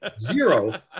Zero